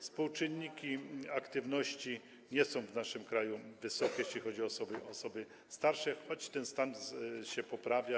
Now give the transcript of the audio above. Współczynniki aktywności nie są w naszym kraju wysokie, jeśli chodzi o osoby starsze, choć ten stan się poprawia.